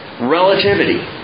relativity